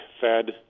Fed